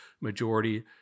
majority